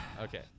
Okay